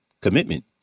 Commitment